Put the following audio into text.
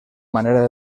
manera